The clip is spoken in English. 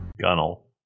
Gunnel